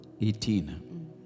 eighteen